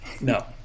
No